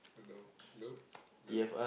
don't know nope nope